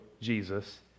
Jesus